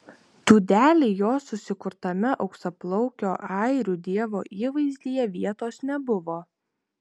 dūdelei jos susikurtame auksaplaukio airių dievo įvaizdyje vietos nebuvo